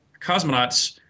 cosmonauts